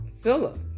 Philip